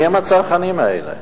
מיהם הצרכנים האלה?